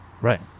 Right